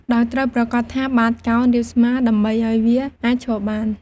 ដោយត្រូវប្រាកដថាបាតកោណរាបស្មើ ដើម្បីឱ្យវាអាចឈរបាន។